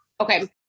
Okay